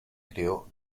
creó